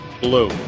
Blue